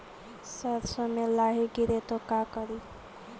सरसो मे लाहि गिरे तो का करि?